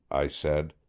i said.